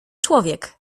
człowiek